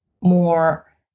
more